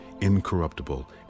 incorruptible